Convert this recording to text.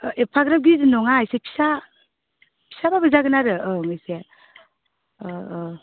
एफाग्राब गिदिर नङा एसे फिसा फिसाबाबो जागोन आरो ओं इसे अ अ